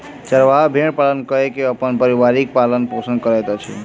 चरवाहा भेड़ पालन कय के अपन परिवारक पालन पोषण करैत अछि